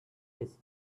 his